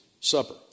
Supper